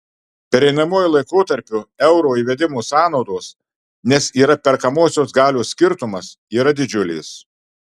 pereinamuoju laikotarpiu euro įvedimo sąnaudos nes yra perkamosios galios skirtumas yra didžiulės